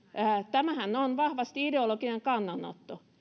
tämähän on vahvasti ideologinen kannanotto